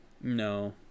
No